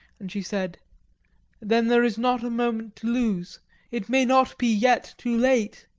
and she said then there is not a moment to lose it may not be yet too late!